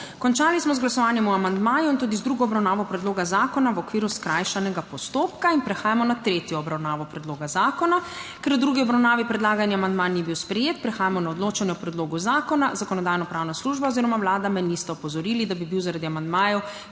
Končali smo z glasovanjem o amandmaju in tudi z drugo obravnavo predloga zakona v okviru skrajšanega postopka Prehajamo na tretjo obravnavo predloga zakona. Ker v drugi obravnavi predlagani amandma ni bil sprejet, prehajamo na odločanje o predlogu zakona. Zakonodajno-pravna služba oziroma Vlada me nista opozorili, da bi bil zaradi amandmajev,